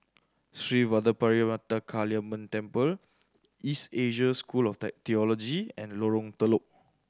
Sri Vadapathira Kaliamman Temple East Asia School of Theology and Lorong Telok